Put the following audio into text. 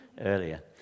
earlier